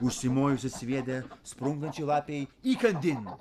užsimojusi sviedė sprunkančiai lapei įkandin